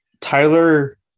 tyler